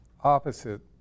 opposite